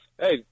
Hey